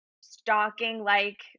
stalking-like